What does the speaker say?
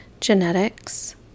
genetics